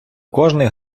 кожний